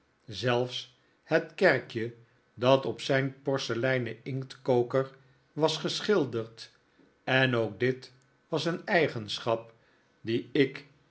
zelfs het kerkje dat op zijn porseleinen inktkoker was geschilderd en ook dit was een eigenschap die ik